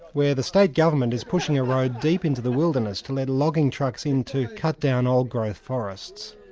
where the state government is pushing a road deep into the wilderness to let logging trucks into cut down old-growth forests.